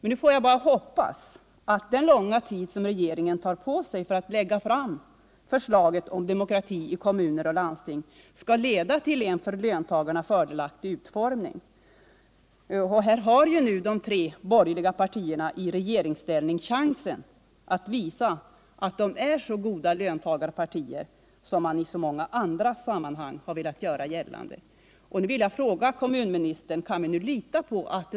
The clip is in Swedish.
Nu får jag bara hoppas att den långa tid som regeringen tar på sig för att lägga fram förslaget om demokrati i kommuner och landsting skall leda till en för löntagarna fördelaktig utformning. Här har de tre borgerliga partierna i regeringsställning chansen att visa att de är lika goda löntagarpartier som man i så många andra sammanhang har velat göra gällande.